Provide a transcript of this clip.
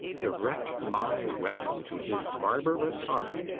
direct my weapon to his barbarous heart,